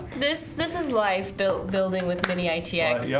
this this is life built building with mini-itx yeah,